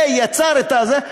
ויצר את זה,